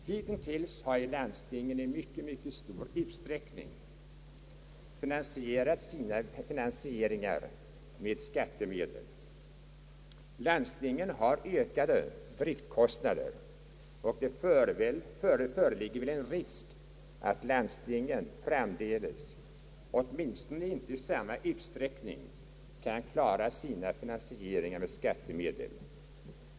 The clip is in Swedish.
Hitintills har landstingen i mycket stor utsträckning finansierat sina investeringar med skattemedel. Landstingen har ökande driftkostnader och det föreligger risk för att landstingen framdeles, åtminstone inte i samma utsträckning som tidigare, kan klara sina finansieringar med skattemedel.